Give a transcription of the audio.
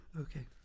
Okay